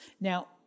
Now